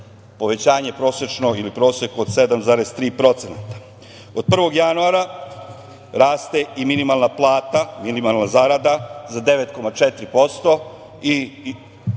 povećanje prosečnog ili prosek od 7,3%.Od 1. januara raste i minimalna plata, minimalna zarada, za 9,4% i